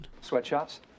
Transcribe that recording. Sweatshops